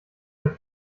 euch